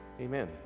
Amen